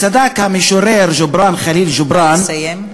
צדק המשורר ג'ובראן ח'ליל ג'ובראן, נא לסיים.